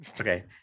Okay